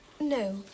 No